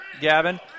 Gavin